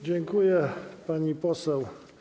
Dziękuję, pani poseł.